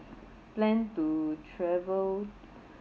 plan to travel